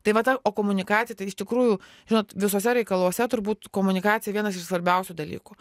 tai va ta o komunikacija tai iš tikrųjų žinot visuose reikaluose turbūt komunikacija vienas iš svarbiausių dalykų